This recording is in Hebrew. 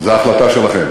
זאת החלטה שלכם.